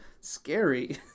scary